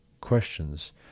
questions